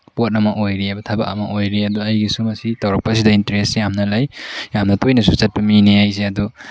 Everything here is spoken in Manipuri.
ꯄꯣꯠ ꯑꯃ ꯑꯣꯏꯔꯤꯕ ꯊꯕꯛ ꯑꯃ ꯑꯣꯏꯔꯤ ꯑꯗꯣ ꯑꯩꯒꯤꯁꯨ ꯃꯁꯤ ꯇꯧꯔꯛꯄꯁꯤꯗ ꯏꯟꯇꯔꯦꯁ ꯌꯥꯝꯅ ꯂꯩ ꯌꯥꯝꯅ ꯇꯣꯏꯅꯁꯨ ꯆꯠꯄ ꯃꯤꯅꯤ ꯑꯩꯁꯦ ꯑꯗꯣ